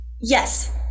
Yes